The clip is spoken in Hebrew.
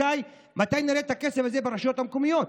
מתי נראה את הכסף הזה ברשויות המקומיות?